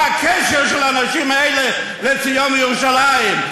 מה הקשר של הנשים האלה לציון וירושלים?